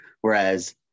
Whereas